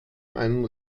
einen